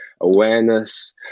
awareness